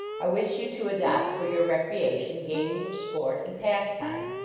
i wish you to adopt for your recreation games of sport and pastime.